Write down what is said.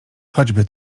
choćby